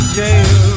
jail